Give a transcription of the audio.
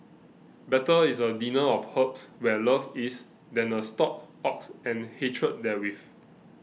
better is a dinner of herbs where love is than a stalled ox and hatred therewith